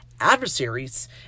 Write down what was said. adversaries